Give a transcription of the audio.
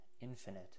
infinite